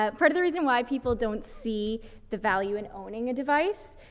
ah part of the reason why people don't see the value in owning a device,